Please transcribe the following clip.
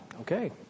okay